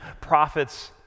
prophets